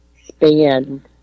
span